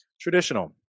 Traditional